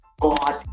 God